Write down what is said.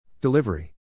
Delivery